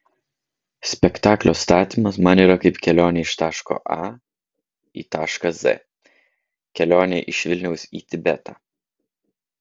spektaklio statymas man yra kaip kelionė iš taško a į tašką z kelionė iš vilniaus į tibetą